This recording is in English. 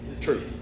True